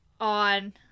on